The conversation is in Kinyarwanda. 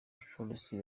abapolisi